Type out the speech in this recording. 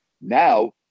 now